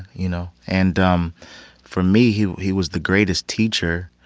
you know? and um for me, he he was the greatest teacher.